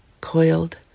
coiled